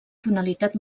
tonalitat